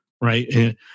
right